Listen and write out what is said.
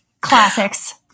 classics